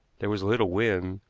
there was little wind,